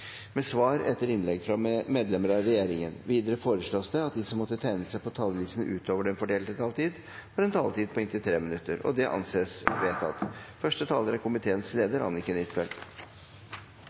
med svar etter innlegg fra medlemmer av regjeringen. Videre foreslås det at de som måtte tegne seg på talerlisten utover den fordelte taletid, får en taletid på inntil 3 minutter. – Det anses vedtatt.